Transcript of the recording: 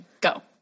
go